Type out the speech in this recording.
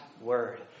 word